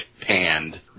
panned